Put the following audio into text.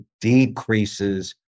decreases